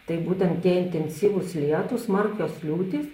tai būtent tie intensyvūs lietūs smarkios liūtys